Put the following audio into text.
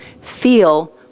feel